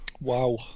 wow